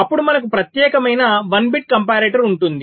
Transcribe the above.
అప్పుడు మనకు ప్రత్యేకమైన వన్ బిట్ కంపారిటర్ ఉంటుంది